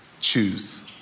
Choose